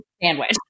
sandwich